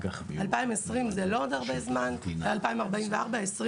2044 זה לא עוד הרבה זמן, 20 שנה.